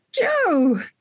Joe